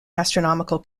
astronomical